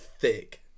thick